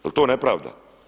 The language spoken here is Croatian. Jel to nepravda?